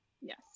Yes